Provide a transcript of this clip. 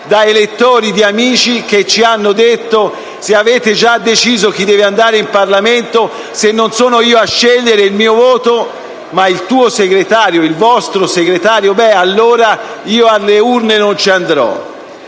da elettori, da amici che ci hanno detto: se avete già deciso chi deve andare in Parlamento, se non sono io a scegliere con il mio voto, ma il vostro segretario, beh, allora io alle urne non ci vado